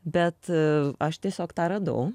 bet aš tiesiog tą radau